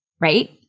right